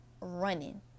running